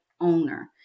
owner